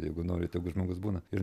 jeigu nori tegu žmogus būna ir